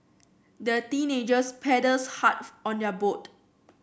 the teenagers paddled hard on their boat